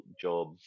job